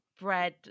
bread